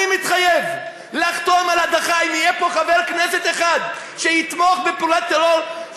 אני מתחייב לחתום על הדחה אם יהיה פה חבר כנסת אחד שיתמוך בפעולת טרור,